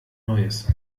neues